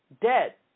debt